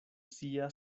sia